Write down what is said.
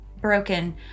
broken